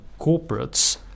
corporates